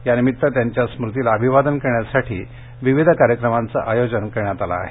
यानिमित्त त्यांच्या स्मृतिला अभिवादन करण्यासाठी विविध कार्यक्रमांचं आयोजन करण्यात आलं आहे